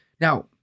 Now